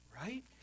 right